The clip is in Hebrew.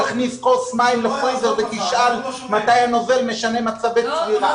תכניס כוס מים לפריזר ותשאל מתי הנוזל משנה מצבי צבירה.